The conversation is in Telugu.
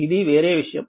ఇది వేరే విషయం